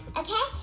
okay